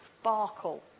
sparkle